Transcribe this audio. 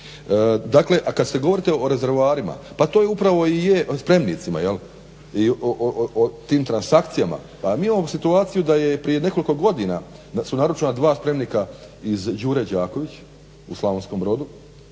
A kad govorite o rezervoarima, pa to upravo i je, spremnica, o tim transakcijama, pa mi imamo situaciju da je i prije nekoliko godina su naručena dva spremnika iz "Đure Đakovića" u Slavonskom Brodu,